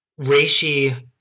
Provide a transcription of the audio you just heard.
reishi